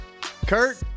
kurt